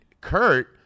Kurt